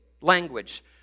language